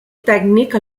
tècnic